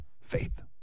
Faith